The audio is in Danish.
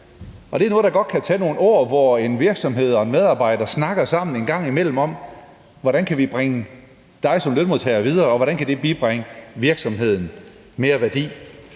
Det er noget, der godt kan tage nogle år, hvor en virksomhed og en medarbejder snakker sammen en gang imellem om, hvordan virksomheden kan bringe lønmodtageren videre, og hvordan det kan bibringe virksomheden mere værdi.